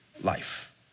life